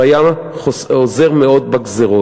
וזה היה עוזר מאוד בגזירות.